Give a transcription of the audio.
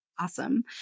Awesome